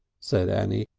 said annie.